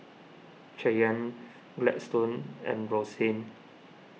Cheyanne Gladstone and Roxane